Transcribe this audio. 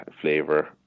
flavor